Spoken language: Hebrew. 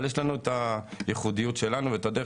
אבל יש לנו את הייחודיות שלנו ואת הדרך